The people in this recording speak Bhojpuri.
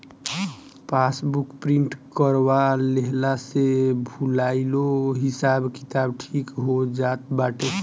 पासबुक प्रिंट करवा लेहला से भूलाइलो हिसाब किताब ठीक हो जात बाटे